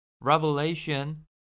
Revelation